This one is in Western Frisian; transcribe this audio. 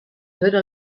hurde